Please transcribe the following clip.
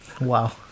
Wow